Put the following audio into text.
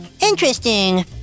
Interesting